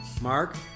Mark